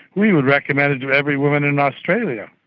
we would recommend it to every woman in australia,